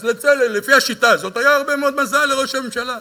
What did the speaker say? אז לפי השיטה הזאת היה הרבה מאוד מזל לראש הממשלה.